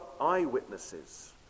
eyewitnesses